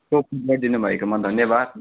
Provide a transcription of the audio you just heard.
भएकोमा धन्यवाद